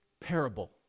Parable